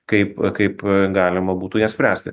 kaip kaip galima būtų jas spręsti